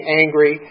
angry